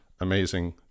Amazing